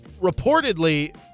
Reportedly